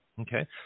Okay